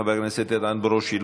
חבר הכנסת איתן ברושי,